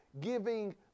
Giving